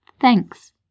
Thanks